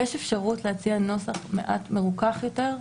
יש אפשרות להציע נוסח מעט מרוכך יותר?